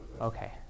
Okay